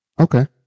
Okay